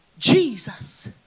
Jesus